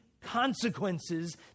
consequences